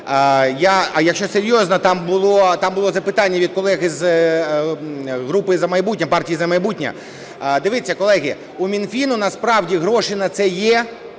А якщо серйозно, там було, там було запитання від колег із групи "За майбутнє", партії "За майбутнє". Дивіться, колеги, у Мінфіну насправді гроші на це є,